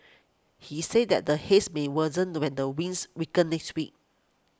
he said that the Haze may worsen when the winds weaken next week